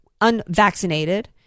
unvaccinated